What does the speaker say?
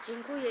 Dziękuję.